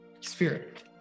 spirit